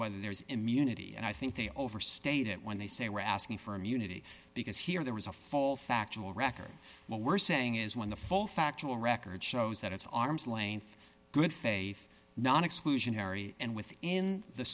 whether there's immunity and i think they overstate it when they say we're asking for immunity because here there is a fall factual record what we're saying is when the full factual record shows that it's arm's length good faith not exclusionary and within the